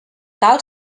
tal